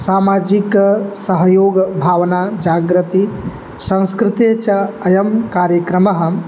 सामाजिक सहयोगभावना जागर्ति संस्कृते च अयं कार्यक्रमः